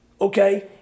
Okay